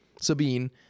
Sabine